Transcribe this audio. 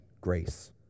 grace